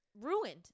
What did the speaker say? ruined